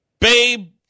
Babe